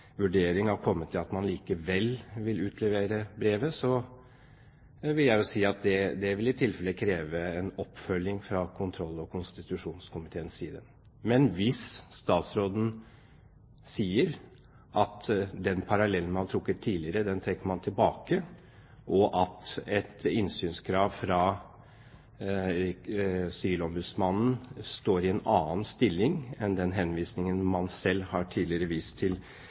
at man likevel vil utlevere brevet, vil jeg si at det i tilfelle vil kreve en oppfølging fra kontroll- og konstitusjonskomiteens side. Men hvis statsråden sier at den parallellen man har trukket tidligere, den trekker man tilbake, og at et innsynskrav fra Sivilombudsmannen står i en annen stilling enn den henvisningen man selv tidligere har vist til